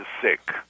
sick